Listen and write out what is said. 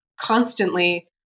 constantly